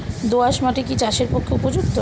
দোআঁশ মাটি কি চাষের পক্ষে উপযুক্ত?